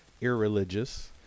irreligious